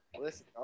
listen